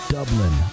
Dublin